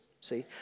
see